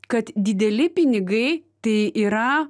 kad dideli pinigai tai yra